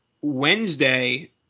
wednesday